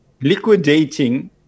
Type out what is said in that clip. liquidating